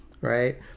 right